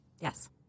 Yes